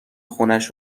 خونش